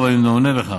דב, אני עונה לך.